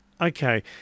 Okay